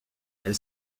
elle